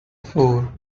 four